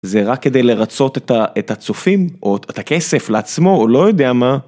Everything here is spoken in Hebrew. זה רק כדי לרצות את הצופים, או את הכסף לעצמו, הוא לא יודע מה.